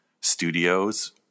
studios